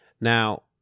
Now